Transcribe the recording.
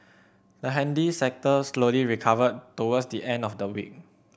the handy sector slowly recovered towards the end of the week